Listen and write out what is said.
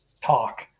talk